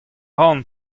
ran